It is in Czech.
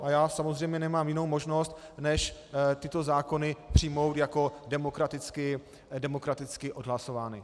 A já samozřejmě nemám jinou možnost než tyto zákony přijmout jako demokraticky odhlasované.